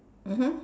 mmhmm